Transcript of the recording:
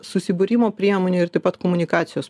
susibūrimo priemonė ir taip pat komunikacijos